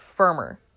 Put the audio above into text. Firmer